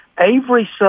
Avery